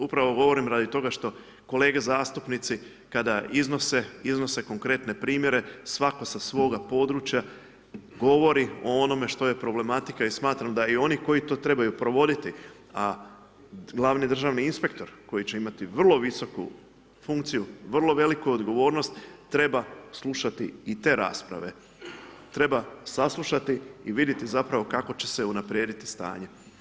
Upravo govorim radi toga što kolege zastupnici kada iznose, iznose konkretne primjere, svatko sa svoga područja govori o onome što je problematika i smatram da i oni koji to trebaju provoditi, a glavni državni inspektor koji će imati vrlo visoku funkciju, vrlo veliku odgovornost, treba slušati i te rasprave, treba saslušati i vidjeti zapravo kako će se unaprijediti stanje.